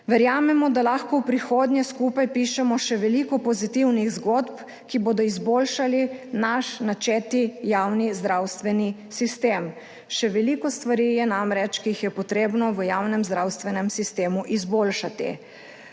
Verjamemo, da lahko v prihodnje skupaj pišemo še veliko pozitivnih zgodb, ki bodo izboljšali naš načeti javni zdravstveni sistem. Še veliko stvari je namreč, ki jih je treba v javnem zdravstvenem sistemu izboljšati.